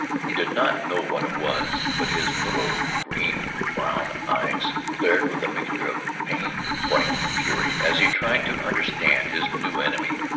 he did not know what it was, but his little green-brown eyes glared with a mixture of pain, fright, and fury as he tried to understand his new enemy.